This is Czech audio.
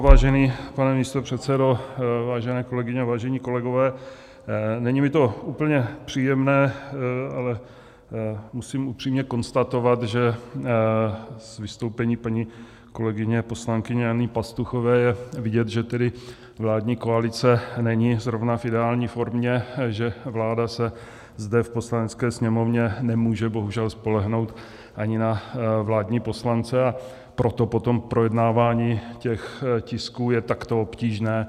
Vážený pane místopředsedo, vážené kolegyně, vážení kolegové, není mi to úplně příjemné, ale musím upřímně konstatovat, že z vystoupení paní kolegyně poslankyně Jany Pastuchové je vidět, že vládní koalice není zrovna v ideální formě, že vláda se zde v Poslanecké sněmovně nemůže bohužel spolehnout ani na vládní poslance, a proto potom projednávání těch tisků je takto obtížné.